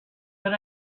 but